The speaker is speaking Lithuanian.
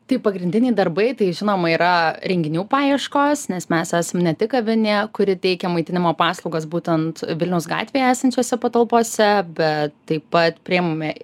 tai pagrindiniai darbai tai žinoma yra renginių paieškos nes mes esam ne tik kavinė kuri teikia maitinimo paslaugas būtent vilniaus gatvėje esančiose patalpose bet taip pat priimame